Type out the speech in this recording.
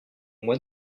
mois